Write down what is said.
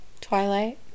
twilight